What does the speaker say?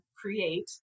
create